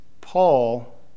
Paul